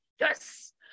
yes